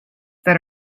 that